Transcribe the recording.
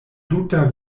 tuta